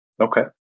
Okay